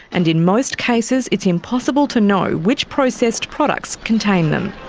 and in most cases it's impossible to know which processed products contain them.